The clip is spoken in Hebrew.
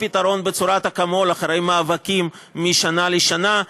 פתרון בצורת אקמול אחרי מאבקים משנה לשנה.